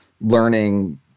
learning